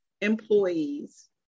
employees